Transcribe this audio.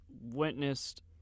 witnessed